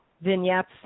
vignettes